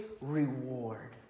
reward